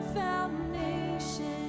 foundation